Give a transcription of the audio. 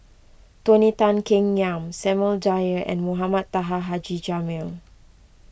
Tony Tan Keng Yam Samuel Dyer and Mohamed Taha Haji Jamil